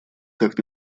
как